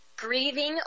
grieving